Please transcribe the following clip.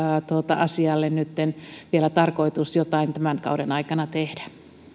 asialle nytten tarkoitus jotain vielä tämän kauden aikana tehdä nyt ei